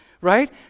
right